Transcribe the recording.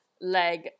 leg